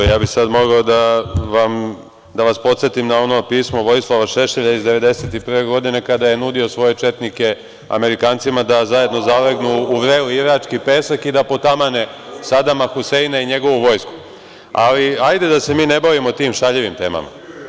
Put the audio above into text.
Ja bih sada mogao da vas podsetim na ono pismo Vojislava Šešelja iz 1991. godine kada je nudio svoje četnike Amerikancima da zajedno zalegnu u vreli irački pesak i da potamane Sadama Huseina i njegovu vojsku, ali hajde da se ne bavimo tim šaljivim temama.